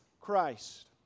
Christ